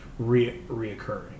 reoccurring